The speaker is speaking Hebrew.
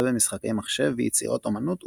במשחקי מחשב ויצירות אמנות ופרוזה.